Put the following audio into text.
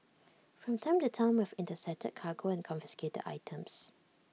from time to time we have intercepted cargo and confiscated items